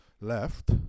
left